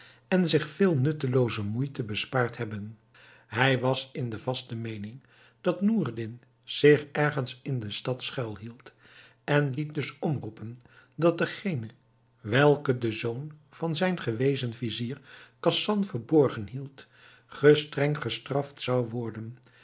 en zich veel nuttelooze moeite bespaard hebben hij was in de vaste meening dat noureddin zich ergens in de stad schuil hield en liet dus omroepen dat degene welke den zoon van zijn gewezen vizier khasan verborgen hield gestreng gestraft zou worden